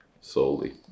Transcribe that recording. solely